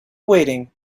waiting